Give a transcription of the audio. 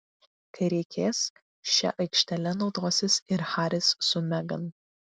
kai reikės šia aikštele naudosis ir haris su megan